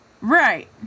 right